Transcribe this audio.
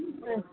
ਅੱਛ